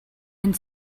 and